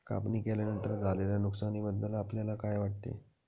कापणी केल्यानंतर झालेल्या नुकसानीबद्दल आपल्याला काय वाटते?